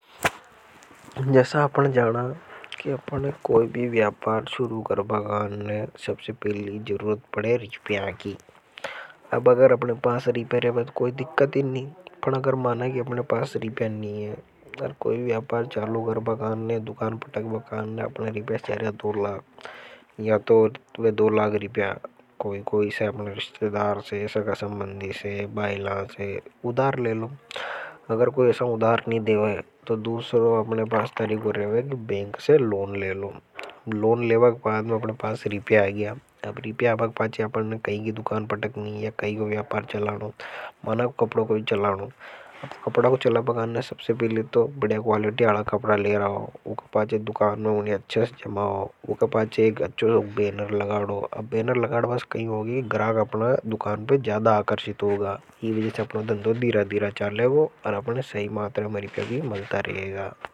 जैसा आपन जाना कि अपने कोई भी व्यापार शुरू करबा काने ने सबसे पहली जरूरत पड़े रिप्या की अब अगर अपने। पास रिप्या रिप्या पर कोई दिक्कत ही नहीं अगर माना कि अपने पास रिप्या नहीं है और कोई व्यापार चालू। को बगान ने दुकान पटक बगान ने अपने रिपया चाहिए दो लाख या तो वे दो लाख रिपया कोई-कोई सामने रिश्तेदार से। सगा का संबंधि से बाइल से उदार ले लो अगर कोई ऐसा उदार नहीं देवा है तो दूसरों अपने पास तरीको रहे। तो बेंक से लोन ले लो लोन लेवा के बाद में आपने पास रिपया आ गया अब रिपया के पांचे अपने कहीं की दुकान पटक नी। या कहीं को यापार चलाना मना कपड़ों को चलाना कपड़ा को चला बगानने सबसे पहले तो बड़े क्वालिटी आला कपड़ा ले। ऊके पांचे दुकान में उन्हें अच्छा जमाओ ऊके पांचे एक अच्छा बेनर लगाड़ो। अब बेनर लगाड़ बस कहीं होगी कि गराग अपना दुकान पर ज़्यादा आकर्षित होगा इन वजह सेअपनों दंदों दीरा दीरा चालेगो और अपने सही मात्र में रिप्या भी मलता रहेगा।